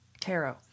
Tarot